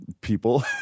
people